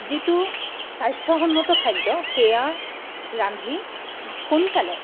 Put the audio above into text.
যিটো স্বাস্থ্যসন্মত খাদ্য সেয়া ৰান্ধি সোনকালে